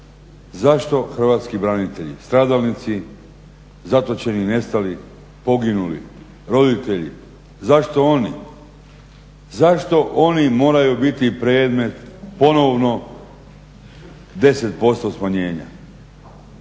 Zašto hrvatski branitelji, stradalnici, zatočeni, nestali, poginuli, roditelji, zašto oni? Zašto oni moraju biti predmet ponovno 10% smanjenja?